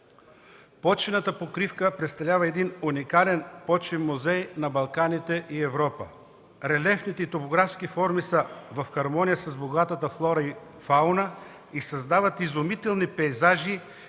Почвената покривка представлява един уникален почвен музей на Балканите и Европа. Релефните и топографските форми са в хармония с богатата флора и фауна и създават изумителни пейзажи